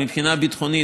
מבחינה ביטחונית,